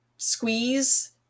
squeeze